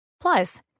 Plus